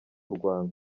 rwanda